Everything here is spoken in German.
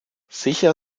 sicher